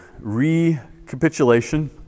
recapitulation